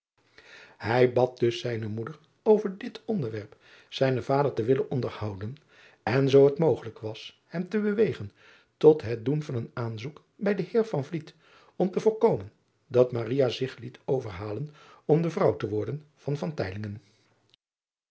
ij bad dus zijne moeder over dit onderwerp zijnen vader te willen onderhouden en zoo het mogelijk was hem te bewegen tot het doen van een aanzoek bij den eer om te voorkomen dat zich liet overhalen om de vrouw te worden van